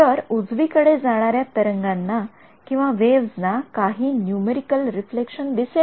तर उजवी कडे जाणाऱ्या तरंगांनावेव्हज ना काही नूमेरिकेल रिफ्लेक्शन दिसेल का